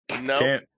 No